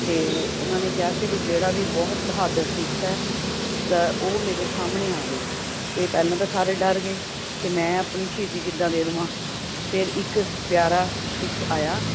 ਅਤੇ ਉਹਨਾਂ ਨੇ ਕਿਹਾ ਕਿ ਵੀ ਜਿਹੜਾ ਵੀ ਬਹੁਤ ਬਹਾਦਰ ਸਿੱਖ ਹੈ ਤਾਂ ਉਹ ਮੇਰੇ ਸਾਹਮਣੇ ਆਵੇ ਤਾਂ ਪਹਿਲਾਂ ਤਾਂ ਸਾਰੇ ਡਰ ਗਏ ਕਿ ਮੈਂ ਆਪਣੀ ਸ਼ਹੀਦੀ ਕਿੱਦਾਂ ਦੇ ਦੇਵਾਂ ਫਿਰ ਇੱਕ ਪਿਆਰਾ ਸਿੱਖ ਆਇਆ